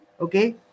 Okay